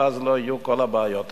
ואז לא יהיו כל הבעיות האלה.